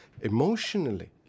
emotionally